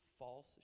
false